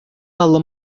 паллӑ